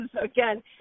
Again